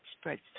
spreads